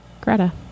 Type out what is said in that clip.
Greta